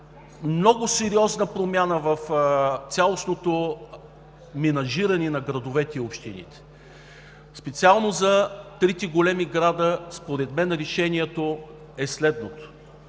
много сериозна промяна в цялостното менажиране на градовете и общините. Специално за трите големи града според мен решението е следното: